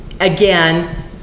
Again